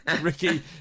Ricky